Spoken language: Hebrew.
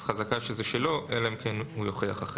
אז חזקה שזה שלו אלא אם כן הוא יוכיח אחרת.